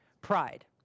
pride